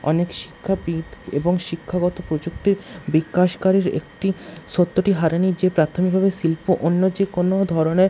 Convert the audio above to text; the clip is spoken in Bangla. অনেক শিক্ষাবিদ এবং শিক্ষাগত প্রযুক্তির বিকাশকারীর একটি সত্যটি যে প্রাথমিকভাবে শিল্প অন্য যে কোনো ধরনের